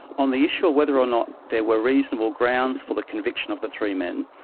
on the issue of whether or not there were reasonable grounds for the conviction of the three men,